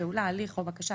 הליך או בקשה,